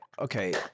Okay